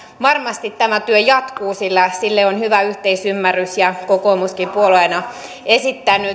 varmasti tämä työ jatkuu sillä sille on hyvä yhteisymmärrys ja kokoomuskin on puolueena esittänyt